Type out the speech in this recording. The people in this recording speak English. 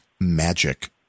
magic